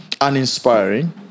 uninspiring